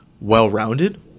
well-rounded